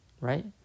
right